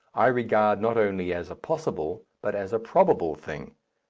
i regard not only as a possible, but as a probable, thing.